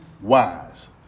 wise